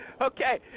Okay